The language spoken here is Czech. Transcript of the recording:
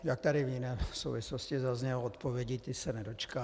Jak tady v jiné souvislosti zaznělo, odpovědi, té se nedočkáš.